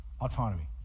autonomy